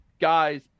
guys